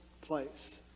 place